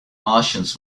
martians